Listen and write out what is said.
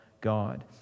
God